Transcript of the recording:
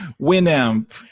Winamp